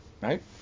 right